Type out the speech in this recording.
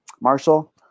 Marshall